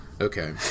Okay